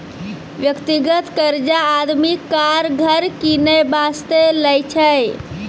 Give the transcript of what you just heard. व्यक्तिगत कर्जा आदमी कार, घर किनै बासतें लै छै